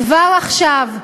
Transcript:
כבר עכשיו,